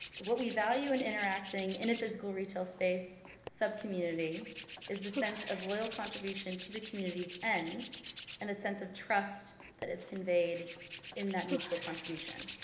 what we value in interacting in a physical retail space sub-community is the sense of loyal contribution to the community's end and a sense of trust that is conveyed in that mutual contribution.